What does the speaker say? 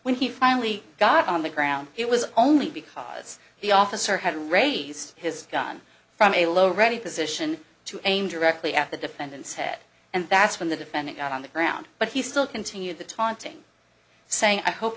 when he finally got on the ground it was only because the officer had raised his gun from a low ready position to aimed directly at the defendant's head and that's when the defendant got on the ground but he still continued the taunting saying i hope